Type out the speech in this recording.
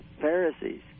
Pharisees